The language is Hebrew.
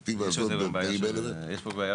הרי המהות של חוק אויר נקי הייתה לשפר את בריאות